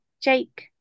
Jake